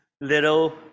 little